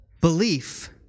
belief